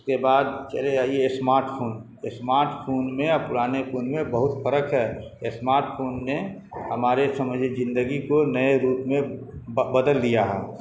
اس کے بعد چلے آئیے اسمارٹ فون اسمارٹ فون میں اور پرانے فون میں بہت فرق ہے اسمارٹ فون نے ہمارے سمجھیے زندگی کو نئے روپ میں بدل دیا ہے